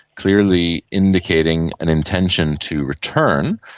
clearly indicating an intention to return.